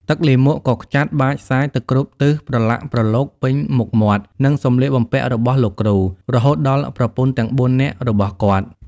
ទឹកលាមកក៏ខ្ចាត់បាចសាចទៅគ្រប់ទិសប្រឡាក់ប្រឡូសពេញមុខមាត់ និងសម្លៀកបំពាក់របស់លោកគ្រូ រហូតដល់ប្រពន្ធទាំងបួននាក់របស់គាត់។